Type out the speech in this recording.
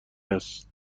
هست